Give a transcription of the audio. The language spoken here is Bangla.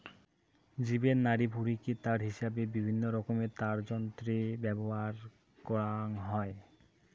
জীবের নাড়িভুঁড়িকে তার হিসাবে বিভিন্নরকমের তারযন্ত্রে ব্যবহার করাং হই